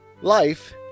life